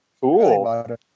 Cool